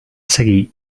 seguir